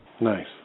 Nice